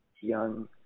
young